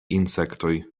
insektoj